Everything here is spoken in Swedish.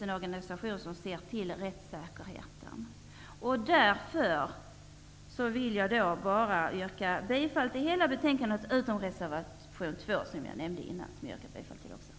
Med detta yrkar jag utom vad beträffar reservation 2 bifall till utskottets hemställan i dess helhet. Som jag tidigare nämnt hemställer jag om bifall till denna reservation.